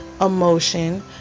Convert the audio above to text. emotion